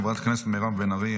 חברת הכנסת מירב בן ארי,